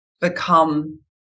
become